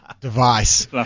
device